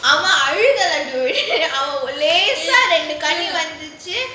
அவன் அழுகல் லேசா கொஞ்சம் கண்ணீர் வந்துச்சு:avan alugal lesaa konjam kanneer vandhuchu